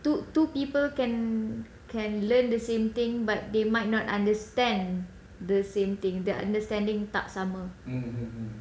two two people can can learn the same thing but they might not understand the same thing that understanding tak sama so